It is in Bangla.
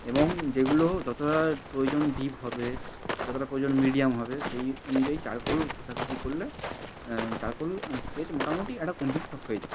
এবং যেগুলো যতোটা প্রয়োজন ডিপ হবে যতোটা প্রয়োজন মিডিয়াম হবে সেই অনুযায়ী চারকোল ঘষাঘষি করলে চারকোল স্কেচ মোটামোটি একটা কমপ্লিট তো হয়ে যায়